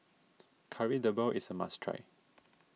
Kari Debal is a must try